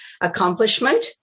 accomplishment